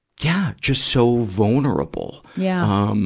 yeah. just so vulnerable. yeah. um